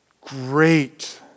great